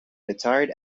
retired